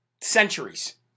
centuries